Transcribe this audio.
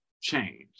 change